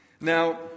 Now